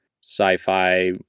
sci-fi